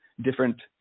different